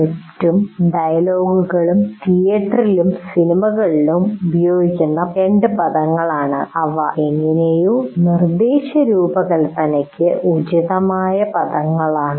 സ്ക്രിപ്റ്റും ഡയലോഗുകളും തീയറ്ററിലും സിനിമകളിലും ഉപയോഗിക്കുന്ന രണ്ട് പദങ്ങളാണ് അവ എങ്ങനെയോ നിർദ്ദേശ രൂപകൽപ്പനയ്ക്ക് ഉചിതമായ പദങ്ങളാണ്